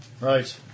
Right